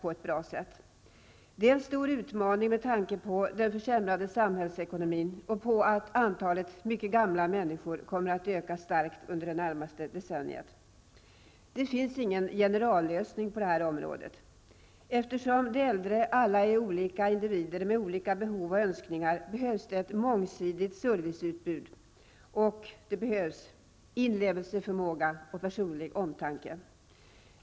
Det är en stor utmaning med tanke på den försämrade samhällsekonomin, och med tanke på att antalet mycket gamla människor kommer att öka starkt under det närmaste decenniet. Det finns ingen generallösning på det här området. Eftersom de äldre alla är olika individer med olika behov och önskningar behövs det ett mångsidigt serviceutbud och det behövs inlevelseförmåga och personlig omtanke.